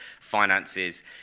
finances